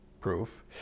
proof